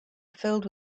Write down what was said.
filled